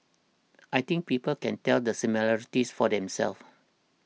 I think people can tell the similarities for themselves